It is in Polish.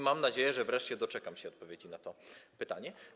Mam nadzieję, że wreszcie doczekam się odpowiedzi na to pytanie.